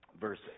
verse